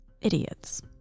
Idiots